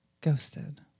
Ghosted